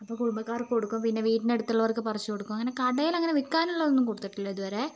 അപ്പം കുടുംബക്കാർക്ക് കൊടുക്കും പിന്നെ വീടിനടത്തുള്ളവർക്ക് പറിച്ചു കൊടുക്കും അങ്ങനെ കടയിലങ്ങനെ വിൽക്കാനുള്ള തൊന്നും കൊടുത്തിട്ടില്ല ഇതുവരേ